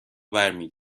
برمی